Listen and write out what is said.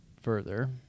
further